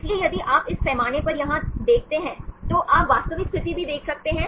इसलिए यदि आप इस पैमाने पर यहां देखते हैं तो आप वास्तविक स्थिति भी देख सकते हैं